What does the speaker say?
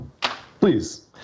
Please